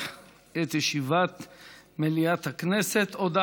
ירושלים, הכנסת, שעה